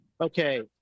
Okay